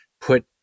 put